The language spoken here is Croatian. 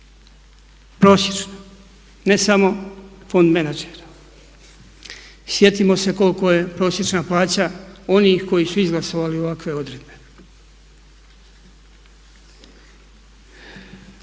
prosječna ne samo fond menadžer. Sjetimo se koliko je prosječna plaća onih koji su izglasali ovakve odredbe.